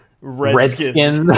Redskins